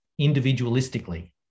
individualistically